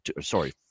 sorry